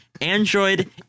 Android